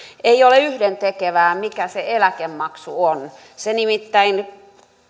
ei ole yhdentekevää mikä se eläkemaksu on se nimittäin